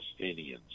Palestinians